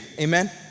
amen